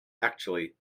actually